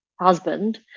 husband